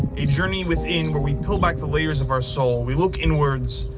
a journey within where we pull back the layers of our soul, we look inwards.